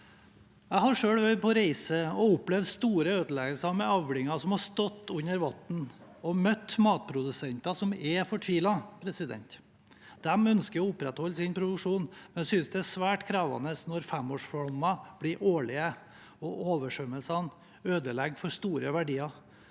Jeg har selv vært på reise og opplevd store ødeleggelser med avlinger som har stått under vann, og møtt matprodusenter som er fortvilet. De ønsker å opprettholde sin produksjon, men synes det er svært krevende når fem årsflommer blir årlige, og oversvømmelser ødelegger store verdier.